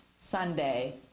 Sunday